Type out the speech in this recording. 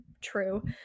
true